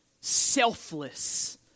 selfless